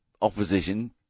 opposition